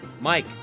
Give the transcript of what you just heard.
Mike